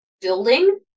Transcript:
building